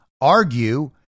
argue